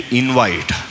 invite